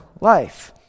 life